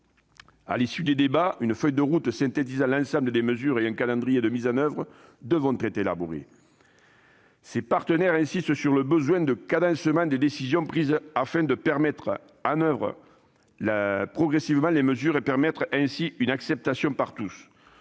À l'issue des débats, une feuille de route synthétisant l'ensemble des mesures et un calendrier de mise en oeuvre devront être élaborés. Ces partenaires insistent sur le besoin de cadencement des décisions prises, afin de mettre en oeuvre progressivement les mesures et de permettre ainsi une acceptation par tous.